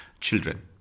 children